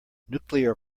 nuclear